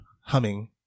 humming